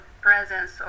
presence